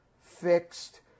fixed